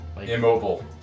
Immobile